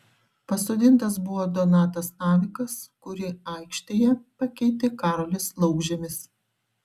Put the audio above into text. pasodintas buvo donatas navikas kurį aikštėje pakeitė karolis laukžemis